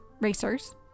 racers